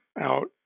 out